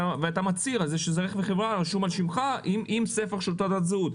ואתה מצהיר על זה שזה רכב מחברה רשום על שמך עם ספח של תעודת זהות,